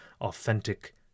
authentic